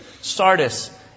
Sardis